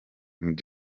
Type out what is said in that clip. king